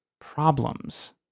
problems